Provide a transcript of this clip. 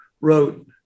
wrote